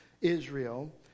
Israel